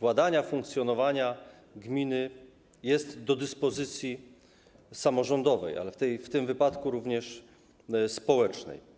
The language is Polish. władania, funkcjonowania gminy jest do dyspozycji samorządowej, ale w tym wypadku - również społecznej.